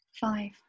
five